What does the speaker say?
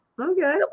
Okay